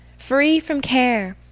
free from care!